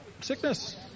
Sickness